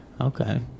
okay